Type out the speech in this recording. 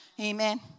Amen